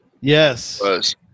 Yes